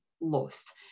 lost